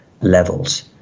levels